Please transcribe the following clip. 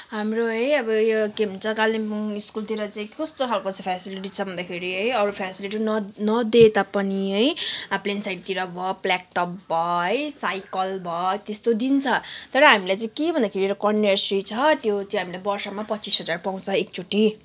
हाम्रो है यो अब यो के भन्छ कालिम्पोङ स्कुलतिर चाहिँ कस्तो खालको चाहिँ फेसिलिटी छ भन्दाखेरि है अरू फेसिलिटी नदिए तापनि है अब प्लेन साइडतिर भयो ल्यापटप भयो है साइकल भयो त्यस्तो दिन्छ तर हामीलाई चाहिँ के भन्दाखेरि अब कन्याश्री छ त्यो चाहिँ हामीलाई वर्षमा पच्चिस हजार पाउँछ एकचोटि